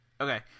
Okay